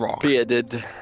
Bearded